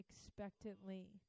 expectantly